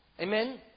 Amen